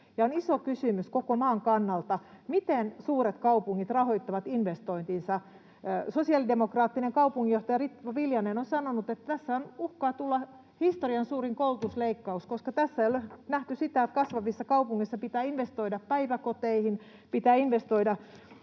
on iso kysymys koko maan kannalta, miten suuret kaupungit rahoittavat investointinsa. Sosiaalidemokraattinen kaupunginjohtaja Ritva Viljanen on sanonut, että tästä uhkaa tulla historian suurin koulutusleikkaus, koska tässä ei ole nähty sitä, että kasvavissa kaupungeissa pitää investoida päiväkoteihin ja pitää investoida